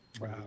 wow